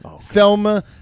Thelma